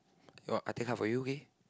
well I take half for you okay